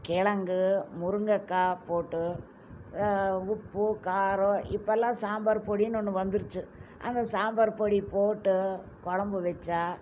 கிழங்கு முருங்கைக்காய் போட்டு உப்பு காரம் இப்பெலாம் சாம்பார் பொடினு ஒன்று வந்திருச்சு அந்த சாம்பார் பொடி போட்டு குழம்பு வைச்சா